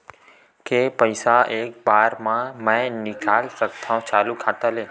के पईसा एक बार मा मैं निकाल सकथव चालू खाता ले?